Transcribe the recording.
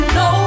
no